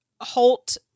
holt